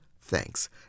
thanks